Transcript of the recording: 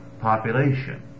population